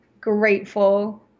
grateful